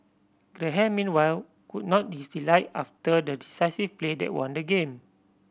Graham meanwhile could not his delight after the decisive play that won the game